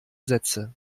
sätze